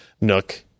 Nook